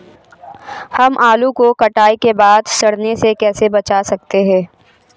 हम आलू को कटाई के बाद सड़ने से कैसे बचा सकते हैं?